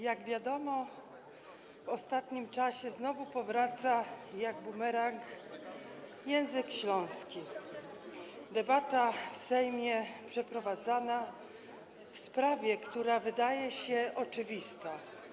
Jak wiadomo, w ostatnim czasie znowu powraca jak bumerang kwestia języka śląskiego, debata w Sejmie przeprowadzana w sprawie, która wydaje się oczywista.